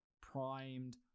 primed